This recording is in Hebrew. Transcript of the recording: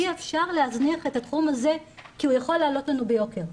אי אפשר להזניח את התחום הזה כי הוא יכול לעלות לנו ביוקר,